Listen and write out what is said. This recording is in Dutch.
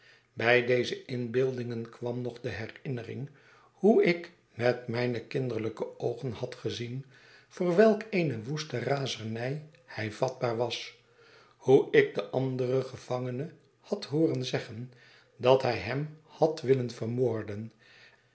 bij deze inbeeldingen kwam nog de herinnering hoe ik met mijne kinderlijke oogen had gezien voor welk eene woeste razernij hij vatbaar was hoe ik den anderen gevangene had hooren zeggen dat hij hem had willen vermoorden